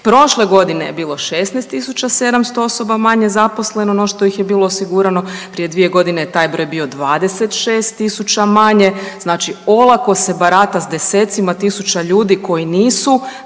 Prošle godine je bilo 16 700 osoba manje zaposleno no što ih je bilo osigurano, prije 2 godine je taj broj bio 26 tisuća manje, znači olako se barata s desecima tisuća ljudi koji nisu zaposleni,